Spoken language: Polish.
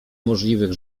możliwych